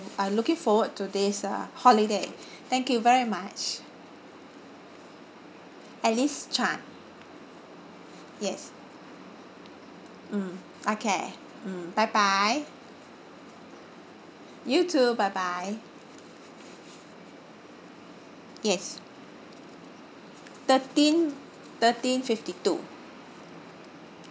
I'm looking forward to this uh holiday thank you very much alice chan yes mm okay mm bye bye you too bye bye yes thirteen thirteen fifty two